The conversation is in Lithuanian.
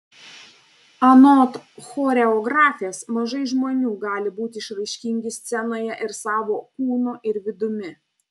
anot choreografės mažai žmonių gali būti išraiškingi scenoje ir savo kūnu ir vidumi